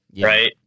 right